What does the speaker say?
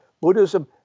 Buddhism